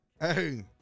hey